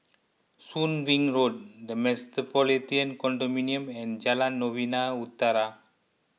Soon Wing Road the Metropolitan Condominium and Jalan Novena Utara